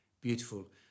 beautiful